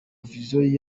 version